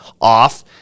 off